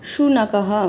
शुनकः